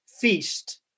feast